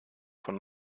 von